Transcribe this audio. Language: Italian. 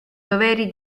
doveri